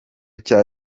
cya